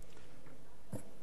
אדוני היושב-ראש,